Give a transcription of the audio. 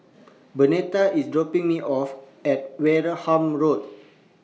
Bernetta IS dropping Me off At Wareham Road